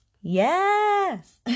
Yes